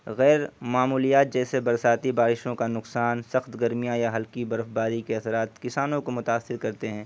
غیر معمولیات جیسے برساتی بارشوں کا نقصان سخت گرمیاں یا ہلکی برف باری کے اثرات کسانوں کو متاثر کرتے ہیں